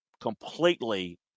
completely